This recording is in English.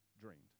dreamed